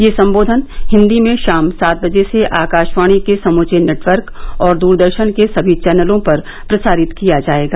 यह संबोधन हिन्दी में शाम सात बजे से आकाशवाणी के समूचे नेटवर्क और दूरदर्शन के सभी चौनलों पर प्रसारित किया जायेगा